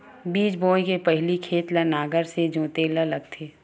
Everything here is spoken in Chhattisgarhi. बीज बोय के पहिली खेत ल नांगर से जोतेल लगथे?